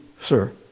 sir